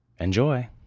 Enjoy